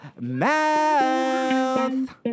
mouth